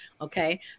Okay